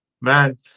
Man